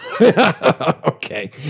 Okay